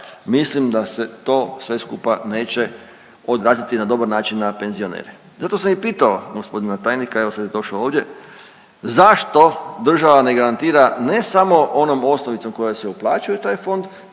mislim da se to sve skupa neće odraziti na dobar način na penzionere. Zato sam i pitao g. tajnika, evo sad je došao ovdje, zašto država ne garantira ne samo onom osnovicom koja se uplaćuje u taj fond